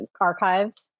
archives